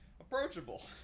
Approachable